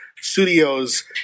studios